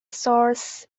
source